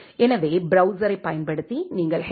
எனவே பிரௌசரைப் பயன்படுத்தி நீங்கள் எச்